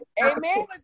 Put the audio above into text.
Amen